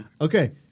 Okay